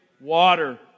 Water